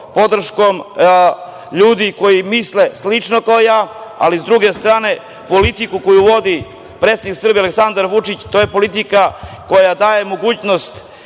podrškom ljudi koji misle slično kao ja, ali s druge strane, politika koju vodi predsednik Srbije Aleksandar Vučić, to je politika koja daje mogućnost